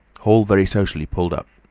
hall very sociably pulled up.